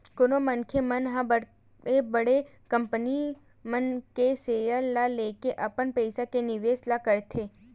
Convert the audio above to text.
कोनो मनखे मन ह बड़े बड़े कंपनी मन के सेयर ल लेके अपन पइसा के निवेस ल करथे